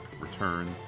returned